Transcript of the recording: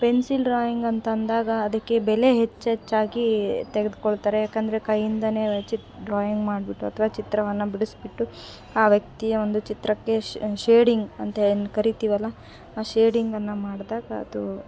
pencil drawing ಅಂತಂದಾಗ ಅದಕ್ಕೆ ಬೆಲೆ ಹೆಚ್ಚೆಚ್ಚಾಗಿ ತೆಗ್ದುಕೊಳ್ತಾರೆ ಯಾಕಂದರೆ ಕೈಯಿಂದಲೇ ಚಿತ್ ಡ್ರಾಯಿಂಗ್ ಮಾಡ್ಬಿಟ್ಟು ಅಥ್ವಾ ಚಿತ್ರವನ್ನು ಬಿಡಿಸಿಬಿಟ್ಟು ಆ ವ್ಯಕ್ತಿಯ ಒಂದು ಚಿತ್ರಕ್ಕೆ ಶೇಡಿಂಗ್ ಅಂತೇನು ಕರೀತೀವಲ್ಲ ಆ ಶೇಡಿಂಗನ್ನು ಮಾಡಿದಾಗ ಅದು